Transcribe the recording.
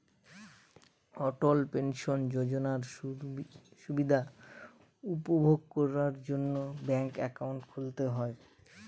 অটল pension যোজনার সুবিধা উপভোগ করার জন্য ব্যাঙ্ক একাউন্ট খুলতে হয়